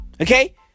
Okay